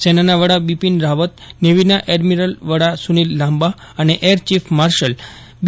સેનાના વડા બિપીન રાવત નેવીના એડપીરલ વડા સૂનિલ લાંબા અને એરચીફ માર્શલ બી